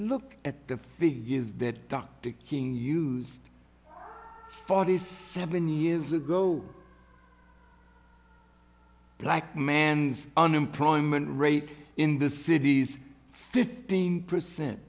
look at the figures that dr king used forty seven years ago like man's unemployment rate in the cities fifteen percent